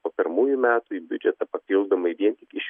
po pirmųjų metų į biudžetą papildomai vien tik iš